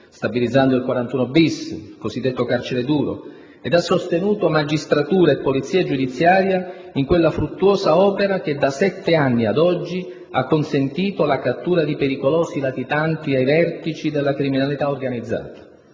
stabilizzando il 41-*bis* (il cosiddetto carcere duro) ed ha sostenuto magistratura e polizia giudiziaria in quella fruttuosa opera che da sette anni ad oggi ha consentito la cattura di pericolosi latitanti ai vertici della criminalità organizzata,